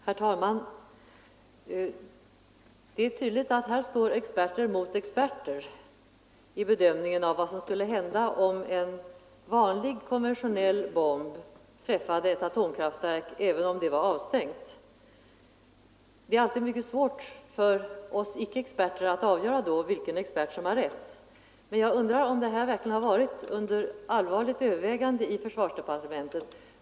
Herr talman! Det är tydligt att här står experter mot experter i bedömningen av vad som skulle hända om en vanlig konventionell bomb träffade ett atomkraftverk. Det är alltid mycket svårt för oss icke-experter att då avgöra vilken expert som har rätt. Men jag undrar om denna fråga verkligen har varit under allvarligt övervägande i försvarsdepartementet.